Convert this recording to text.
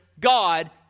God